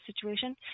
situation